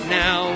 now